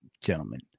gentlemen